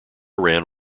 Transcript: ran